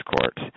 Court